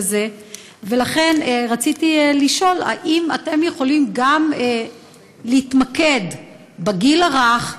ולכן רציתי לשאול: האם אתם יכולים גם להתמקד בגיל הרך,